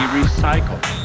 recycled